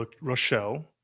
Rochelle